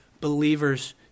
believers